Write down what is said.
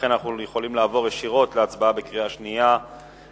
לכן אנחנו יכולים לעבור ישירות להצבעה על הצעת